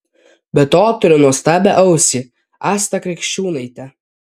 be to turiu nuostabią ausį astą krikščiūnaitę